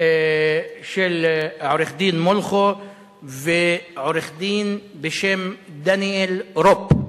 של עורך-דין מולכו ועורך-דין בשם דניאל טאוב,